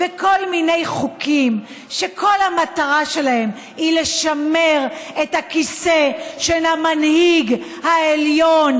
וכל מיני חוקים שכל המטרה שלהם היא לשמר את הכיסא של המנהיג העליון,